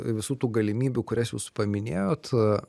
visų tų galimybių kurias jūs paminėjot